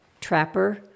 trapper